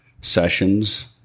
sessions